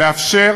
לאפשר